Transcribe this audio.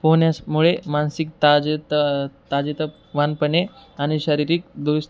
पोहण्यास मुळे मानसिक ताजे त ताजेत वानपणे आणि शारीरिक दुरुस्